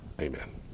Amen